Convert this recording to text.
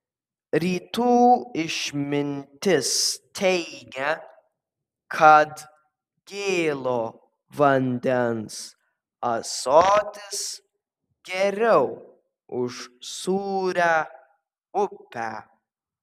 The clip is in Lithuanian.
rytų išmintis teigia kad gėlo vandens ąsotis geriau už sūrią upę